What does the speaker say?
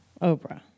Oprah